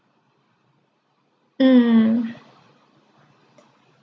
mm